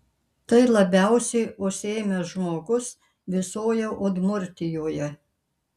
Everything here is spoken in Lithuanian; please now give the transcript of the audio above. tai labiausiai užsiėmęs žmogus visoje udmurtijoje